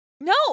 No